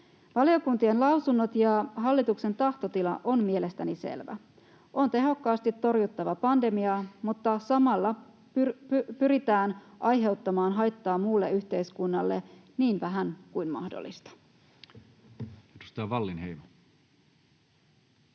Valiokuntien lausuntojen ja hallituksen tahtotila on mielestäni selvä: on tehokkaasti torjuttava pandemiaa, mutta samalla pyritään aiheuttamaan haittaa muulle yhteiskunnalle niin vähän kuin mahdollista.